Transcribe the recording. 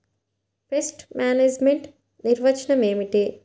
Pest management నిర్వచనం ఏమిటి?